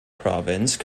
province